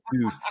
Dude